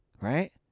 right